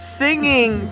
singing